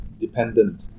dependent